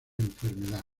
enfermedad